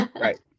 Right